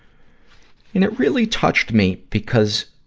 and it really touched me because,